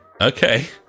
Okay